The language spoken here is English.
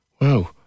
Wow